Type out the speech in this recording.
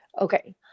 Okay